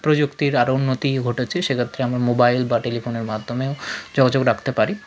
প্রযুক্তির আরও উন্নতি ঘটেছে সেক্ষেত্রে আমার মোবাইল বা টেলিফোনের মাধ্যমেও যোগাযোগ রাখতে পারি